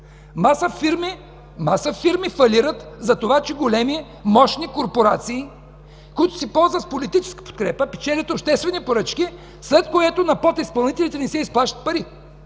Маса фирми фалират затова, че големи, мощни корпорации, които се ползват с политическа подкрепа, печелят обществени поръчки, след което на подизпълнителите не се изплащат пари.